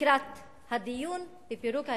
לקראת הדיון בפירוק ההתנחלויות.